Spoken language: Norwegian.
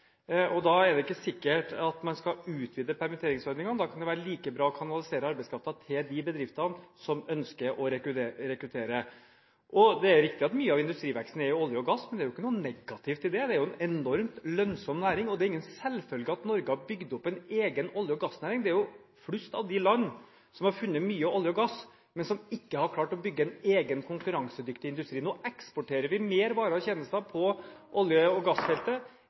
arbeidskraft. Da er det ikke sikkert at man skal utvide permitteringsordningene, da kan det være like bra å kanalisere arbeidskraften til de bedriftene som ønsker å rekruttere. Det er riktig at mye av industriveksten er i olje og gass, men det er ikke noe negativt i det. Det er en enormt lønnsom næring, og det er ingen selvfølge at Norge har bygget opp en egen olje- og gassnæring. Det er flust av land som har funnet olje og gass, men som ikke har klart å bygge en egen konkurransedyktig industri. Nå eksporterer vi mer varer og tjenester på olje- og gassfeltet